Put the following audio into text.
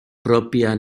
propia